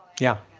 yeah,